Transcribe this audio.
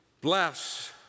Bless